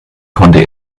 konnte